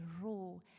raw